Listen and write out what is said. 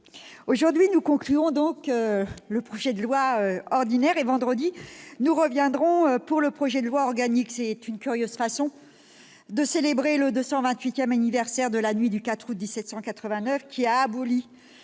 aujourd'hui, nous concluons l'examen du projet de loi ordinaire et, vendredi prochain, nous reviendrons pour le projet de loi organique. Ce sera une curieuse façon de célébrer le 228 anniversaire de la nuit du 4 août 1789, qui a aboli